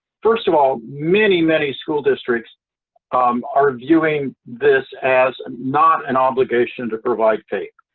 first of all, many, many school districts um are viewing this as and not an obligation to provide fape.